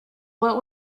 what